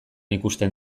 ikusten